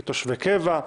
תושבי קבע,